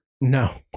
No